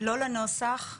לא לנוסח.